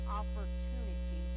opportunity